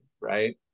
right